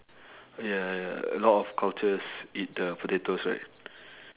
ya ya a lot of cultures eat the potatoes right